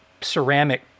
ceramic